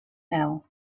now